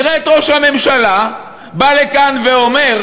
נראה את ראש הממשלה בא לכאן ואומר: